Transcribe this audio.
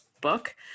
book